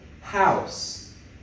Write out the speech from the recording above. house